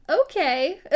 okay